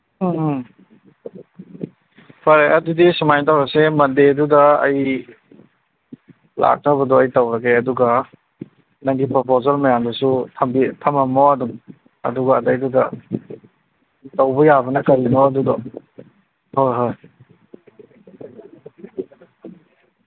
ꯑꯥ ꯑꯥ ꯍꯣꯏ ꯑꯗꯨꯗꯤ ꯁꯨꯃꯥꯏꯅ ꯇꯧꯔꯁꯦ ꯃꯟꯗꯦꯗꯨꯗ ꯑꯩ ꯂꯥꯛꯅꯕꯗꯣ ꯑꯩ ꯇꯧꯔꯒꯦ ꯑꯗꯨꯒ ꯅꯪꯒꯤ ꯄ꯭ꯔꯄꯣꯖꯦꯜ ꯃꯌꯥꯝꯗꯨꯁꯨ ꯊꯝꯃꯝꯃꯣ ꯑꯗꯨꯝ ꯑꯗꯨꯒ ꯑꯗꯩꯗꯨꯗ ꯇꯧꯕ ꯌꯥꯕꯅ ꯀꯔꯤꯅꯣ ꯑꯗꯨꯗꯣ ꯍꯣꯏ ꯍꯣꯏ